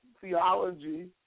theology